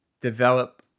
develop